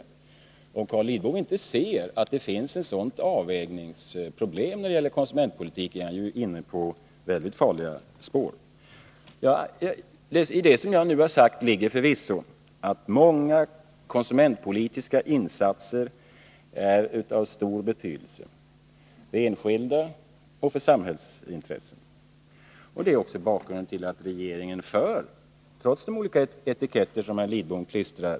Om Carl Lidbom inte ser att det finns ett sådant avvägningsproblem när det gäller konsumentpolitiken, är han inne på mycket farliga spår. I det som jag nu har sagt ligger förvisso att många konsumentpolitiska insatser är av stor betydelse, både för de enskilda och för samhällsintresset, och det är bakgrunden till att regeringen trots allt för en aktiv konsument politik, något som jag har exemplifierat.